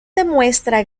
demuestra